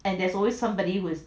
and there's always somebody who is